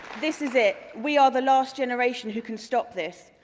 this is it, we are the last generation who can stop this.